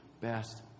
best